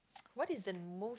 what is most